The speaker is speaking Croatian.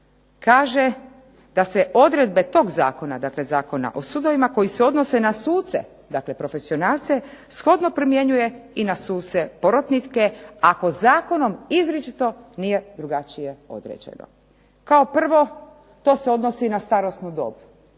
kaže da se odredbe tog zakona, dakle Zakona o sudovima koji se odnose na suce dakle profesionalce shodno primjenjuje i na suce porotnike ako zakonom izričito nije drugačije određeno. Kao prvo, to se odnosi na starosnu dob.